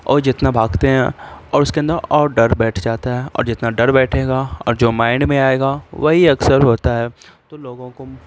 اور جتنا بھاگتے ہیں اور اس کے اندر اور ڈر بیٹھ جاتا ہیں اور جتنا ڈر بیٹھے گا اور جو مائنڈ میں آئے گا وہی اکثر ہوتا ہے تو لوگوں کو